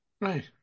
right